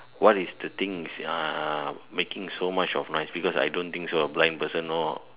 what is the thing ah making so much of noise because I don't think a blind person know